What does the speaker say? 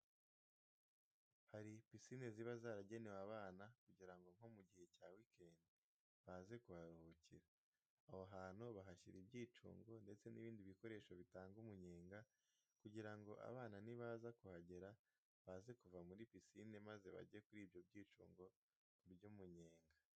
Hari pisine ziba zaragenewe abana kugira ngo nko mu gihe cya weekend baze kuharuhukira. Aho hantu bahashyira ibyicungo ndetse n'ibindi bikoresho bitanga umenyenga kugira ngo abana nibaza kuhagera baze kuva muri pisine maze bajye kuri ibyo byicungo kurya umunyenga.